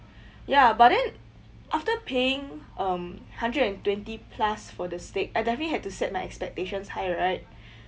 ya but then after paying um hundred and twenty plus for the steak I definitely had to set my expectations high right